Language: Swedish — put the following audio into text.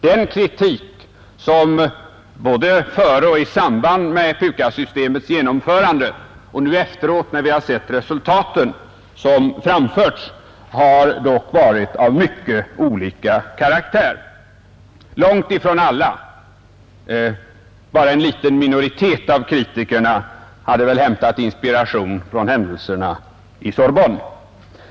De kritiska synpunkter som framförts både före och i samband med PUKAS-systemets genomförande och nu efteråt när vi har sett resultaten har dock varit av mycket olika karaktär. Långt ifrån alla — bara en liten minoritet av politikerna — hade hämtat inspiration från händelserna vid Sorbonne.